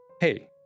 Hey